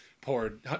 poured